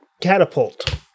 Catapult